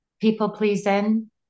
people-pleasing